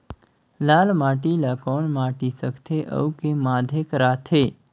लाल माटी ला कौन माटी सकथे अउ के माधेक राथे?